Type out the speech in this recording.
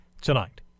tonight